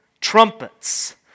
trumpets